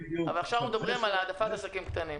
אבל עכשיו אנחנו מדברים על העדפת עסקים קטנים.